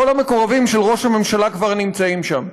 כל המקורבים של ראש הממשלה כבר נמצאים שם.